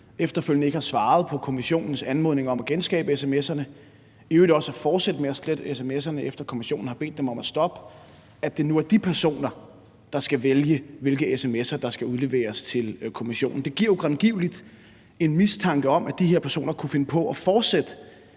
efterfølgende ikke har svaret på kommissionens anmodning om at genskabe sms'erne, og i øvrigt også er fortsat med at slette sms'erne, efter at kommissionen har bedt dem om at stoppe – der skal vælge, hvilke sms'er der skal udleveres til kommissionen. Det giver jo grangivelig en mistanke om, at de her personer kunne finde på at fortsætte